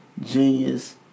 genius